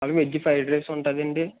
veg fried rice ఉంటుందండి